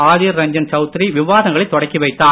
ஆதிர் ரஞ்சன் சவுத்ரி விவாதங்களை தொடக்கி வைத்தார்